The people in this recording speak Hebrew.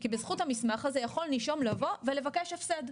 כי בזכות המסמך הזה יכול נישום לבוא ולבקש הפסד.